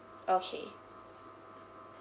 okay